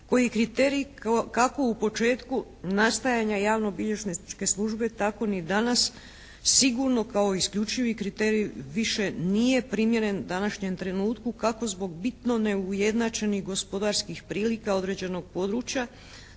koji kriteriji kako u početku nastajanja javno-bilježničke službe tako ni danas sigurno kao isključiti kriterij više nije primjeren današnjem trenutku kako zbog bitno neujednačenih gospodarskih prilika određenog područja